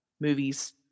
movies